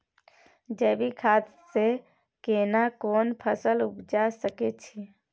जैविक खाद से केना कोन फसल उपजा सकै छि?